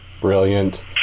Brilliant